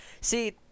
See